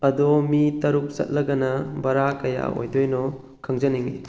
ꯑꯗꯣ ꯃꯤ ꯇꯔꯨꯛ ꯆꯠꯂꯒꯅ ꯕꯔꯥ ꯀꯌꯥ ꯑꯣꯏꯗꯣꯏꯅꯣ ꯈꯪꯖꯅꯤꯡꯉꯤ